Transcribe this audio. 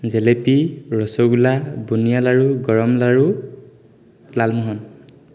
জেলেপি ৰসগোলা বুনিয়া লাৰু গৰম লাড়ু